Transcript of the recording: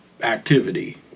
activity